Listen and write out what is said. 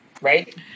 right